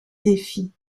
défie